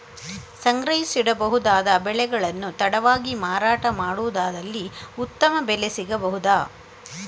ಸಂಗ್ರಹಿಸಿಡಬಹುದಾದ ಬೆಳೆಗಳನ್ನು ತಡವಾಗಿ ಮಾರಾಟ ಮಾಡುವುದಾದಲ್ಲಿ ಉತ್ತಮ ಬೆಲೆ ಸಿಗಬಹುದಾ?